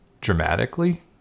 dramatically